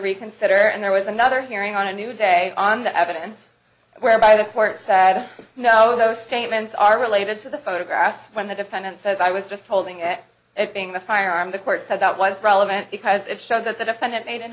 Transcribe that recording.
reconsider and there was another hearing on a new day on that evidence whereby the court sad you know those statements are related to the photographs when the defendant says i was just holding it it being the firearm the court said that was relevant because it showed that the defendant